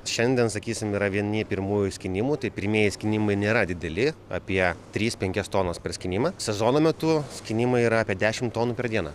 šiandien sakysim yra vieni pirmųjų skynimo tai pirmieji skynimai nėra dideli apie tris penkias tonas per skynimą sezono metu skynimai yra apie dešimt tonų per dieną